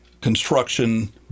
construction